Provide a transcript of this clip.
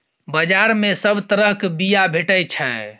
बजार मे सब तरहक बीया भेटै छै